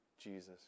Jesus